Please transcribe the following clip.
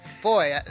Boy